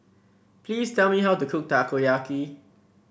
please tell me how to cook Takoyaki